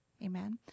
Amen